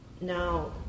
Now